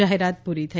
જાહેરાત પુરી થઈ